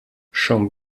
schon